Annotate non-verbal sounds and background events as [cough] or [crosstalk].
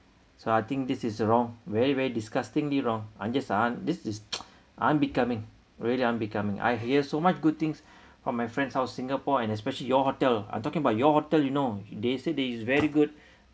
so I think this is wrong very very disgustingly wrong I'm just ah this is [noise] unbecoming really unbecoming I hear so much good things from my friends of singapore and especially your hotel I'm talking about your hotel you know they say there is very good